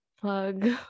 plug